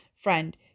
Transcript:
friend